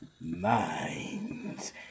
minds